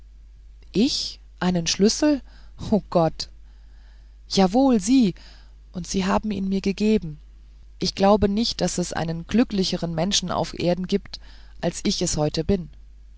ich einen schlüssel o gott jawohl sie und sie haben ihn mir gegeben ich glaube nicht daß es einen glücklicheren menschen auf erden gibt als ich es heute bin